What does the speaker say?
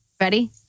Ready